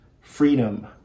Freedom